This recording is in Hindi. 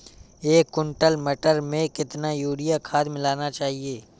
एक कुंटल मटर में कितना यूरिया खाद मिलाना चाहिए?